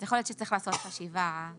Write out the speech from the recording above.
אז יכול להיות שצריך לעשות חשיבה כוללת.